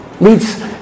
leads